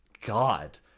God